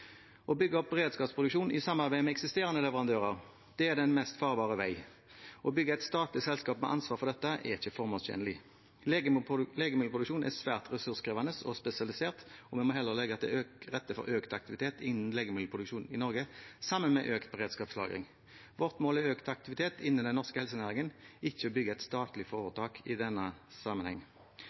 Å bygge opp en beredskapsproduksjon i samarbeid med eksterne leverandører er den mest farbare veien. Å bygge et statlig selskap med ansvar for dette er ikke formålstjenlig. Legemiddelproduksjon er svært ressurskrevende og spesialisert, og vi må heller legge til rette for økt aktivitet innen legemiddelproduksjon i Norge, sammen med økt beredskapslagring. Vårt mål er økt aktivitet innen den norske helsenæringen, ikke å bygge et statlig foretak, i denne